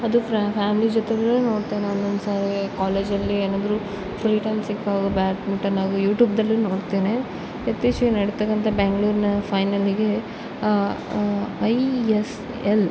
ಅದು ಫ್ಯಾಮಿಲಿ ಜೊತೆಗೇ ನೋಡ್ತೇನೆ ಒಂದೊಂದು ಸಾರಿ ಕಾಲೇಜಲ್ಲಿ ಏನಾದರು ಫ್ರೀ ಟೈಮ್ ಸಿಕ್ಕಾಗ ಬ್ಯಾಟ್ಮಿಟನ್ ಆಗಲಿ ಯೂಟ್ಯೂಬ್ದಲ್ಲಿ ನೋಡ್ತೇನೆ ಇತ್ತೀಚೆಗೆ ನಡೆತಕ್ಕಂಥ ಬ್ಯಾಂಗ್ಳೂರ್ನ ಫೈನಲಿಗೆ ಐ ಎಸ್ ಎಲ್